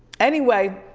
anyway,